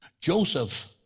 Joseph